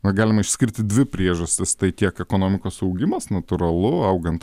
na galima išskirti dvi priežastis tai tiek ekonomikos augimas natūralu augant